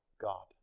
God